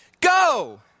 go